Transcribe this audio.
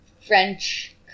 French